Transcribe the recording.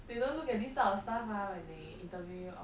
they don't look at this type of stuff ah when they interview you or